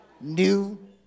new